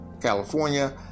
California